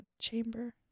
chamber